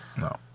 No